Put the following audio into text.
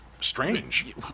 strange